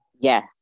yes